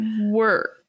Work